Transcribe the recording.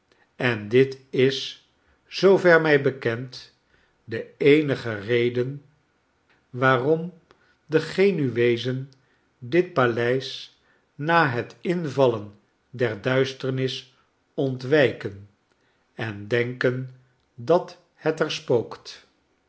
en dit is zoover mij bekend de eenige reden waarom de genueezen dit paleis na het invallen der duisternis ontwijken en denken dat het er spookt